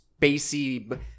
spacey